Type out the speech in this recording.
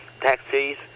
taxis